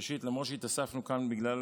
ראשית, למרות שהתאספנו כאן בגלל